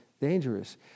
dangerous